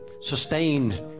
sustained